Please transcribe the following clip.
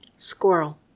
Squirrel